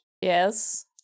Yes